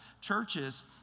Churches